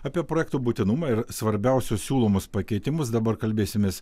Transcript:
apie projekto būtinumą ir svarbiausius siūlomus pakeitimus dabar kalbėsimės